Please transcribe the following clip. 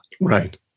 Right